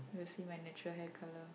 you will see my natural hair colour